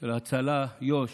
של הצלה יו"ש,